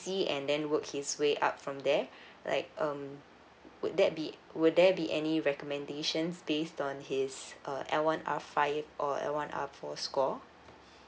J_C and then work his way up from there like um would that be would there be any recommendations based on his uh l one r five or l one r four score